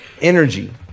energy